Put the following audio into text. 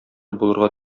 булырга